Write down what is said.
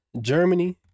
Germany